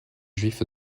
juifs